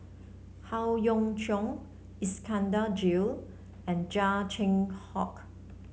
Howe Yoon Chong Iskandar Jalil and Chia Cheong Fook